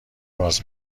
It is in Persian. باز